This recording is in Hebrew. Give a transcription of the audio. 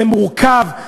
זה מורכב,